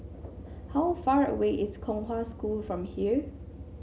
how far away is Kong Hwa School from here